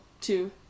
two